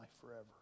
forever